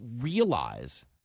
realize